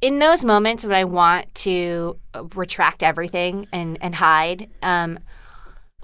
in those moments when i want to ah retract everything and and hide, um